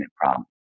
problems